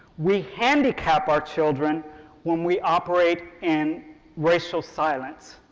we handicap our children when we operate in racial silence,